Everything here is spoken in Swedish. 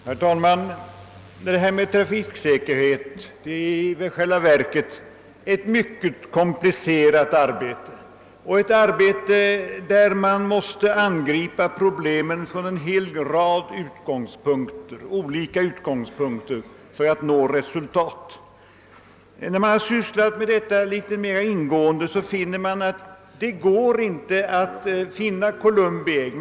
Herr talman! Arbetet med trafiksäkerheten är i själva verket mycket komplicerat, och problemen måste angripas från många olika utgångspunkter för att man skall kunna nå resultat. När man sysslat med detta arbete litet mera ingående märker man att det inte går att finna Columbi ägg.